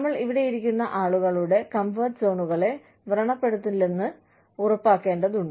നമ്മൾ ഇവിടെയിരിക്കുന്ന ആളുകളുടെ കംഫർട്ട് സോണുകളെ വ്രണപ്പെടുത്തുന്നില്ലെന്ന് ഉറപ്പാക്കേണ്ടതുണ്ട്